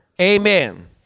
amen